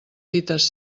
fites